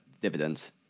dividends